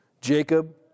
Jacob